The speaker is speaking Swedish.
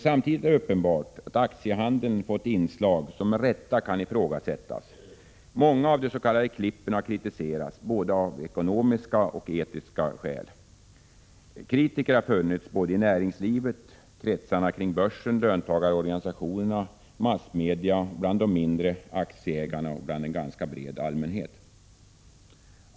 Samtidigt är det uppenbart att aktiehandeln fått inslag som med rätta kan ifrågasättas. Många av de s.k. klippen har kritiserats av både ekonomiska och etiska skäl. Kritiker har funnits både i näringslivet, i kretsarna kring börsen, i löntagarorganisationerna, massmedia, bland de mindre aktieägarna och en ganska bred allmänhet.